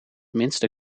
minste